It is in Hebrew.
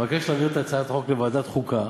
אבקש להעביר את הצעת החוק לוועדת החוקה